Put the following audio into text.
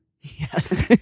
Yes